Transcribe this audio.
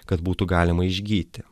kad būtų galima išgyti